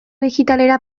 digitalera